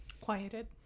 quieted